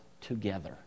together